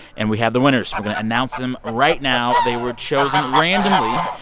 and we have the winners. we're going to announce them right now. they were chosen randomly.